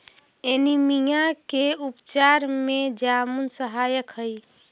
anaemia के उपचार में जामुन सहायक हई